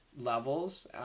levels